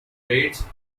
trades